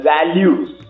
Values